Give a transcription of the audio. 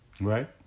right